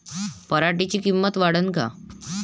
पराटीची किंमत वाढन का?